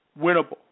winnable